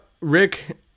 Rick